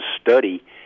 study